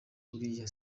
uriya